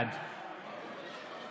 בעד יריב לוין, בעד נעמה